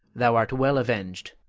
thou art well avenged!